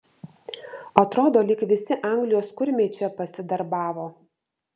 atrodo lyg visi anglijos kurmiai čia pasidarbavo